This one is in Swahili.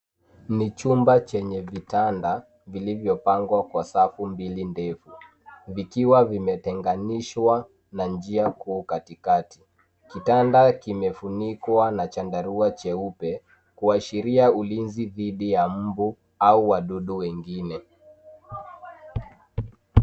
Ni chumba chenye vitanda vilivyopangwa safu mbili ndefu vikiwa vimetenganishwa na njia kuu katikati. Kitanda kimefunikwa na chandarua cheupe kuashiria ulinzi dhidi ya mbu au wadudu wengine.